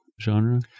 genre